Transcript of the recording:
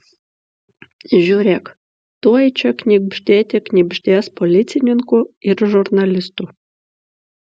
žiūrėk tuoj čia knibždėte knibždės policininkų ir žurnalistų